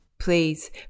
Please